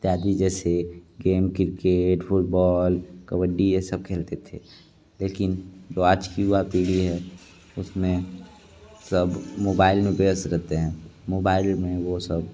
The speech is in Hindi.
इत्यादि जैसे गेम क्रिकेट फुटबॉल कबड्डी ये सब खेलते थे लेकिन जो आज की युवा पीढ़ी है उसमें सब मोबाइल में व्यस्त रहते हैं मोबाइल में वो सब